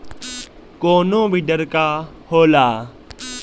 कोनो बिडर का होला?